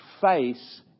face